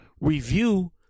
review